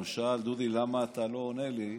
הוא שאל: דודי, למה אתה לא עונה לי?